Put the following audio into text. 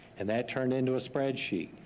and that turned into a spreadsheet,